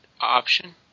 option